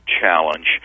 challenge